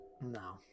no